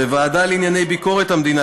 בוועדה לענייני ביקורת המדינה,